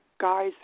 guys